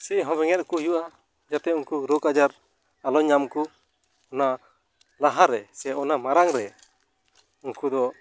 ᱥᱮᱫ ᱦᱚ ᱵᱮᱸᱜᱮᱫ ᱟᱠᱚ ᱦᱩᱭᱩᱜᱼᱟ ᱡᱟᱛᱮ ᱩᱱᱠᱩ ᱨᱳᱜ ᱟᱡᱟᱨ ᱟᱞᱚ ᱧᱟᱢ ᱠᱚ ᱚᱱᱟ ᱞᱟᱦᱟᱨᱮ ᱥᱮ ᱚᱱᱟ ᱢᱟᱲᱟᱝ ᱨᱮ ᱩᱱᱠᱩᱫᱚ